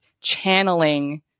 channeling